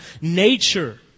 nature